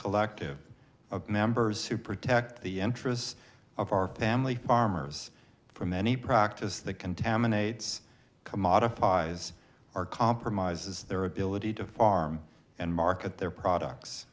collective of members who protect the interests of our family farmers from any practice that contaminates commodifies are compromises their ability to farm and market their products